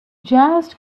jazz